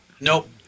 Nope